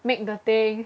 make the thing